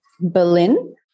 Berlin